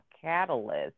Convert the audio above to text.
catalyst